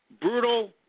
Brutal